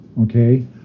okay